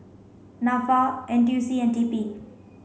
NAFA N T U C and T P